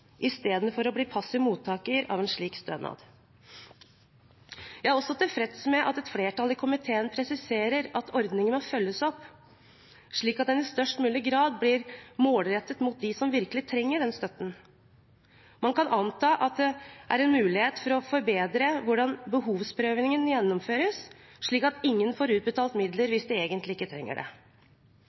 istedenfor å bli passiv mottaker av en slik stønad. Jeg er også tilfreds med at et flertall i komiteen presiserer at ordningen må følges opp, slik at den i størst mulig grad blir målrettet mot dem som virkelig trenger den støtten. Man kan anta at det er en mulighet for å forbedre hvordan behovsprøvingen gjennomføres, slik at ingen får utbetalt midler hvis de egentlig ikke trenger det.